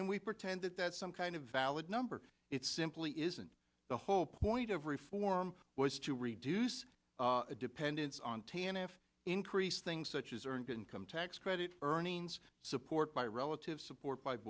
then we pretend that that's some kind of valid number it simply isn't the whole point of reform was to reduce the dependence on t n f increased things such as earned income tax credit earnings support by relative support